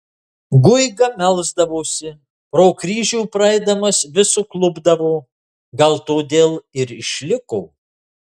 guiga melsdavosi pro kryžių praeidamas vis suklupdavo gal todėl ir išliko